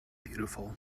beautiful